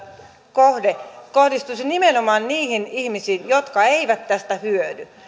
kohde kohdistuisi nimenomaan niihin ihmisiin jotka eivät tästä hyödy